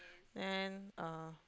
and uh